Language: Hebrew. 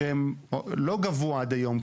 שהן לא גבו עד היום,